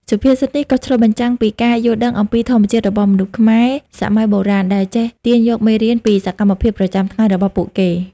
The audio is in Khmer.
សុភាសិតនេះក៏ឆ្លុះបញ្ចាំងពីការយល់ដឹងអំពីធម្មជាតិរបស់មនុស្សខ្មែរសម័យបុរាណ ដែលចេះទាញយកមេរៀនពីសកម្មភាពប្រចាំថ្ងៃរបស់ពួកគេ។